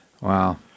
Wow